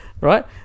Right